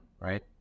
right